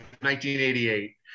1988